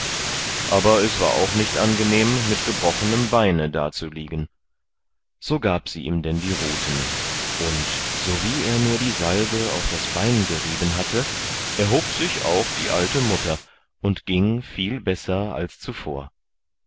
aber es war auch nicht angenehm mit gebrochenem beine dazuliegen so gab sie ihm denn die ruten und sowie er nur die salbe auf das bein gerieben hatte erhob sich auch die alte mutter und ging viel besser als zuvor